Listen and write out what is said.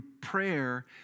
prayer